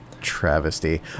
Travesty